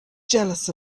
jealous